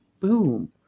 boom